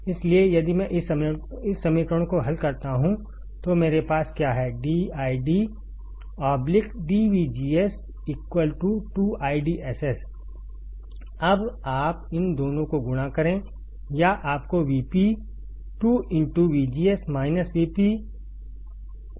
इसलिए यदि मैं इस समीकरण को हल करता हूं तो मेरे पास क्या है dID dVGS 2IDSS अब आप इन दोनों को गुणा करें या आपको VP 2 VGS VP